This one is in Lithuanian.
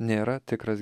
nėra tikras